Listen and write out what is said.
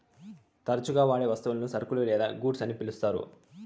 తరచుగా వాడే వస్తువులను సరుకులు లేదా గూడ్స్ అని పిలుత్తారు